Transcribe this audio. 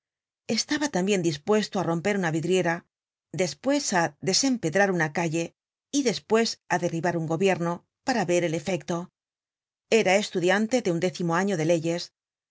estaba siempre dispuesto á romper una vidriera despues á desempedrar una calle y despues á derribar un gobierno para ver el efecto era estudiante de undécimo año de leyes